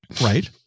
right